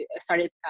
started